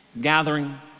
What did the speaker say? gathering